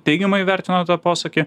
teigiamai vertino tą posakį